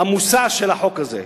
המושא של החוק הזה,